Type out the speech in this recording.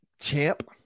champ